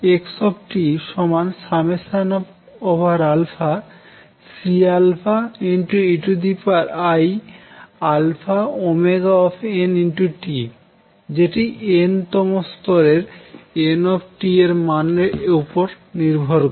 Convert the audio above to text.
x Ceiαωntযেটি n তম স্তরের n এর উপর নির্ভর করে